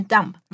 Dump